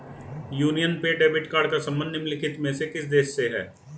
Union पे debit card का संबंध निम्नलिखित में से किस देश से है?